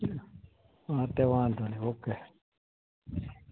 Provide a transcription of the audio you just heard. હા તે વાંધો નહીં ઓકે